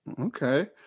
Okay